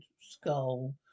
skull